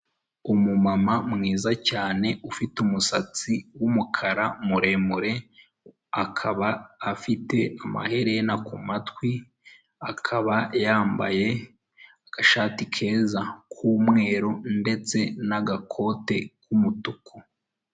Umumama mwiza cyane ufite umusatsi w'umukara muremure, akaba afite amaherena kumatwi, akaba yambaye agashati keza k'umweru ndetse n'agakote k'umutuku.